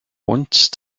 once